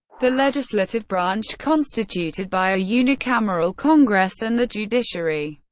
the legislative branch constituted by a unicameral congress and the judiciary,